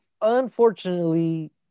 Unfortunately